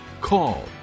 call